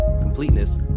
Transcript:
completeness